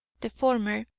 the former,